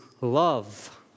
love